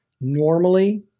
normally